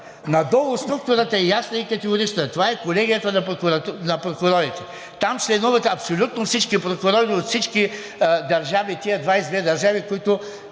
Надолу структурата е ясна и категорична, това е Колегията на прокурорите. Там членуват абсолютно всички прокурори от всички държави, тези 22 държави, които